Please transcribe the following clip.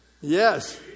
Yes